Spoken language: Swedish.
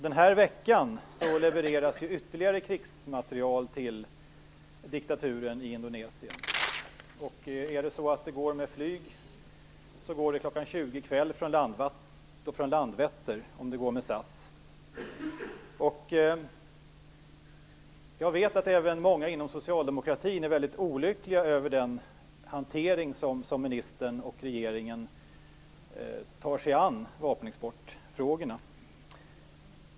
Den här veckan levereras ytterligare krigsmateriel till diktaturen i Jag vet att även många inom socialdemokratin är olyckliga över vapenexportministerns och regeringens hantering av vapenexportfrågorna.